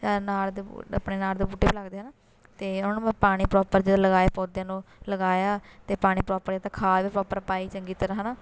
ਨਾਲ ਦੇ ਬ ਆਪਣੇ ਨਾਲ ਦੇ ਬੂਟੇ ਵੀ ਲੱਗਦੇ ਆ ਹੈ ਨਾ ਅਤੇ ਉਹਨਾਂ ਨੂੰ ਮੈਂ ਪਾਣੀ ਪ੍ਰੋਪਰ ਜਦੋਂ ਲਗਾਏ ਪੌਦਿਆਂ ਨੂੰ ਲਗਾਇਆ ਅਤੇ ਪਾਣੀ ਪ੍ਰੋਪਰ ਅਤੇ ਖਾਦ ਵੀ ਪ੍ਰੋਪਰ ਪਾਈ ਚੰਗੀ ਤਰ੍ਹਾਂ ਹੈ ਨਾ